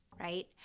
right